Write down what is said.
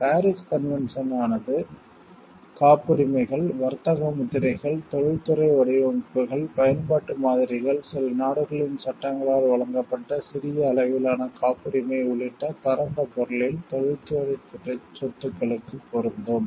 Paris convention ஆனது காப்புரிமைகள் வர்த்தக முத்திரைகள் தொழில்துறை வடிவமைப்புகள் பயன்பாட்டு மாதிரிகள் சில நாடுகளின் சட்டங்களால் வழங்கப்பட்ட சிறிய அளவிலான காப்புரிமை உள்ளிட்ட பரந்த பொருளில் தொழில்துறை சொத்துக்களுக்கு பொருந்தும்